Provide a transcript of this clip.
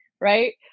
Right